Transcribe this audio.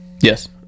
Yes